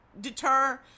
deter